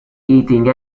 eating